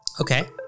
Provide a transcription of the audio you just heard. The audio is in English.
Okay